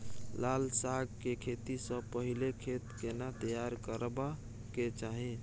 लाल साग के खेती स पहिले खेत केना तैयार करबा के चाही?